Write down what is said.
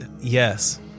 Yes